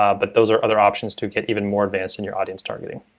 um but those are other options to get even more advanced in your audience targeting.